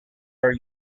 are